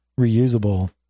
reusable